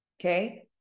okay